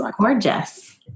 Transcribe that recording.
gorgeous